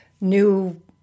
new